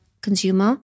consumer